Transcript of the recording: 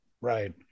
right